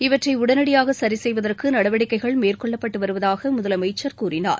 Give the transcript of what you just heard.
இவற்றை உடனடியாக சரி செய்வதற்கு நடவடிக்கைகள் மேற்கொள்ளப்பட்டு வருவதாக முதலமைச்சர் கூறினார்